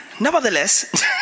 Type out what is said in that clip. Nevertheless